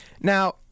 Now